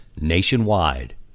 nationwide